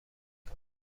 کنم